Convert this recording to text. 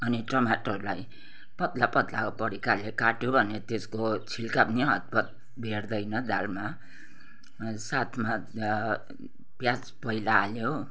अनि टमाटरलाई पत्ला पत्ला प्रकारले काट्यो भने त्यसको छिल्का पनि हतपत भेट्दैन दालमा साथमा प्याज पहिला हाल्यो